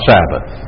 Sabbath